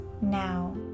now